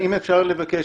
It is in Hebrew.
האם אפשר לבקש